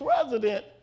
president